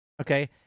okay